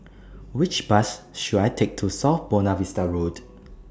Which Bus should I Take to South Buona Vista Road